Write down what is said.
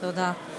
תודה.